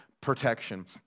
protection